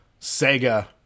Sega